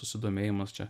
susidomėjimas čia